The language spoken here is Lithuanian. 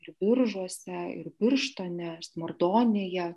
ir biržuose ir birštone smardonėje